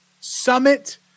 summit